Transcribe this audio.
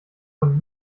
von